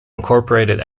incorporated